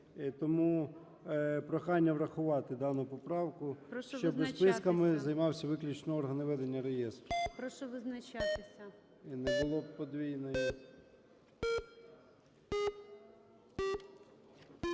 Тому прохання врахувати дану поправку, щоби списками займався виключно орган ведення реєстру